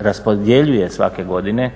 raspodjeljuje svake godine